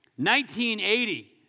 1980